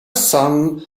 son